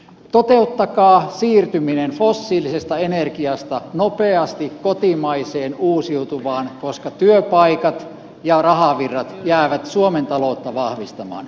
toteuttakaa siirtyminen fossiilisesta energiasta nopeasti kotimaiseen uusiutuvaan koska työpaikat ja rahavirrat jäävät suomen taloutta vahvistamaan